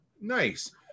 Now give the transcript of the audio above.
Nice